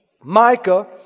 Micah